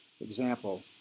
example